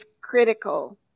critical